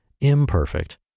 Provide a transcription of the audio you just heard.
imperfect